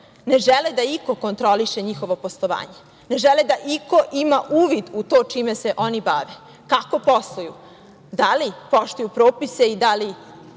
ne žele da iko kontroliše njihovo poslovanje, ne žele da iko ima uvid u to čime se oni bave, kako posluju, da li poštuju propise i da li